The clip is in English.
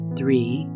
three